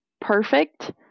perfect